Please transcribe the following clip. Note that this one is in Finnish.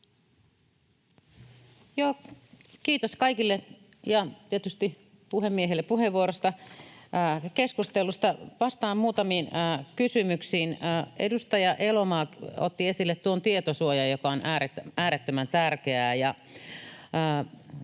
Kiitos kaikille ja tietysti puhemiehelle puheenvuorosta ja keskustelusta. Vastaan muutamiin kysymyksiin. Edustaja Elomaa otti esille tuon tietosuojan, joka on äärettömän tärkeää.